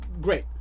great